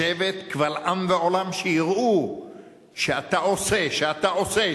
לשבת קבל עם ועולם, שיראו שאתה עושה, שאתה עושה,